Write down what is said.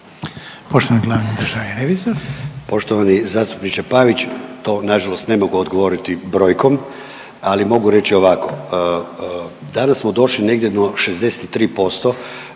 Poštovani glavni državni revizor.